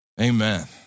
Amen